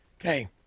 Okay